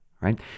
right